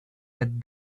that